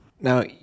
now